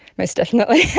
most definitely!